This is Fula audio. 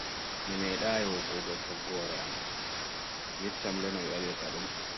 Mi meɗai woggu go toggore am yeccam le no ɓe waɗirta ɗum